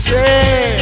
Say